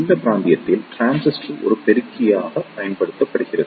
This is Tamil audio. இந்த பிராந்தியத்தில் டிரான்சிஸ்டர் ஒரு பெருக்கியாக பயன்படுத்தப்படுகிறது